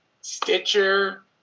Stitcher